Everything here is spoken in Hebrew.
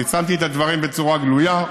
אני שמתי את הדברים בצורה גלויה: